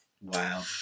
Wow